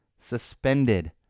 Suspended